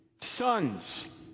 sons